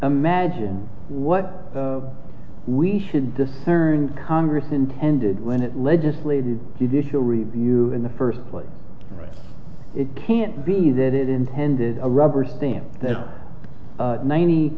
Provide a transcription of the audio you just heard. imagine what we should discern congress intended when it legislated judicial review in the first place but it can't be that it intended a rubber stamp that ninety